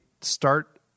start